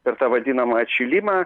per tą vadinamą atšilimą